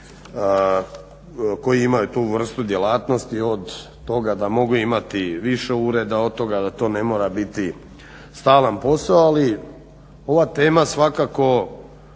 koji imaju tu vrstu djelatnosti, od toga da mogu imati više ureda, od toga da to ne mora biti stalan posao. Ali ova tema svakako